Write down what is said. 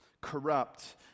corrupt